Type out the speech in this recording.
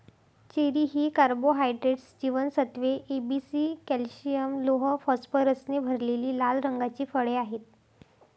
cherry ही carbohydrates, जीवनसत्त्वे A, B, C, calcium, लोह, फॉस्फरसने भरलेली लाल रंगाची फळे आहेत